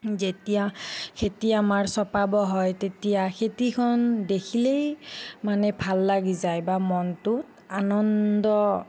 যেতিয়া খেতি আমাৰ চপাব হয় তেতিয়া খেতিখন দেখিলেই মানে ভাল লাগি যায় বা মনটো আনন্দ